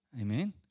Amen